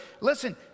listen